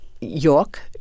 York